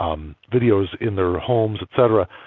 um videos in their homes et cetera.